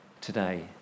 today